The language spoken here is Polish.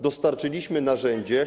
Dostarczyliśmy narzędzie.